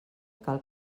cal